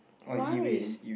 why